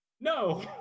No